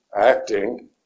acting